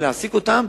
להעסיק אותם,